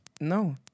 No